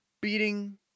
beating